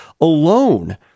alone